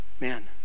Man